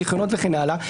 זיכיונות וכן הלאה,